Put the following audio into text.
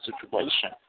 situation